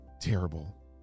terrible